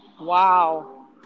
Wow